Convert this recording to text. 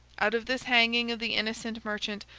out of this hanging of the innocent merchant,